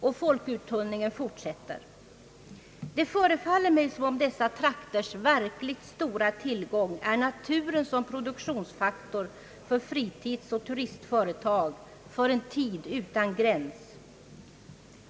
Och folkuttunningen fortsätter. Det förefaller mig som om dessa trakters verkligt stora tillgång är naturen som produktionsfaktor för fritidsoch turistföretag för en tid utan gräns.